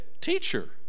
teacher